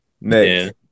next